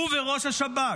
הוא וראש השב"כ,